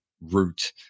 Root